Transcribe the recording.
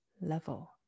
level